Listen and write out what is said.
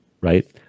right